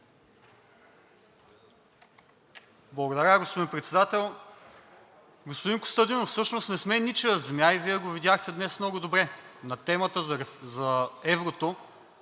Благодаря, господин Председател. Господин Костадинов, всъщност не сме ничия земя и Вие го видяхте днес много добре. На темата за еврото